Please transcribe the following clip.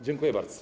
Dziękuję bardzo.